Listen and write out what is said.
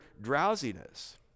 drowsiness